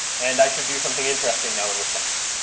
and i should do something interesting now in response.